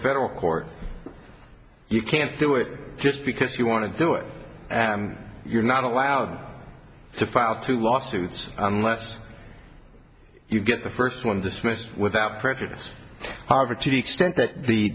federal court you can't do it just because you want to do it you're not allowed to file two lawsuits unless you get the first one dismissed without prejudice however to the extent that the